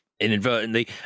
inadvertently